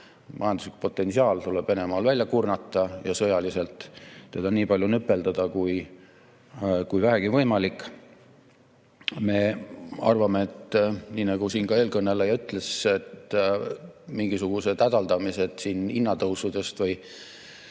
Majanduslik potentsiaal tuleb Venemaal välja kurnata ja sõjaliselt teda nii palju nüpeldada kui vähegi võimalik. Me arvame, nii nagu siin ka eelkõneleja ütles, et mingisugused hädaldamised hinnatõusude või